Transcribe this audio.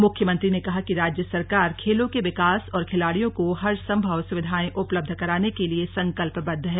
मुख्यमंत्री ने कहा कि राज्य सरकार खेलों के विकास और खिलाड़ियों को हर सम्भव सुविधाएं उपलब्ध कराने के लिए संकल्पबद्ध है